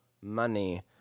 money